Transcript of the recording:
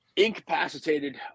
incapacitated